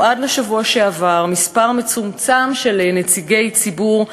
עד לשבוע שעבר מספר מצומצם של נציגי ציבור,